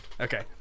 Okay